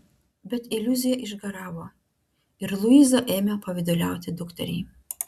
bet iliuzija išgaravo ir luiza ėmė pavyduliauti dukteriai